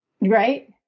Right